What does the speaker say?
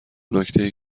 نکته